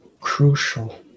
crucial